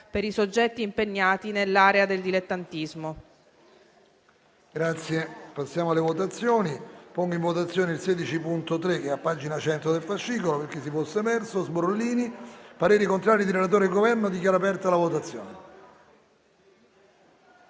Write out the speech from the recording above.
per i soggetti impegnati nell'area del dilettantismo».